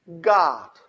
God